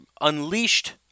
unleashed